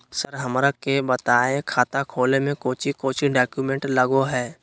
Sir हमरा के बताएं खाता खोले में कोच्चि कोच्चि डॉक्यूमेंट लगो है?